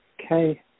Okay